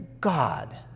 God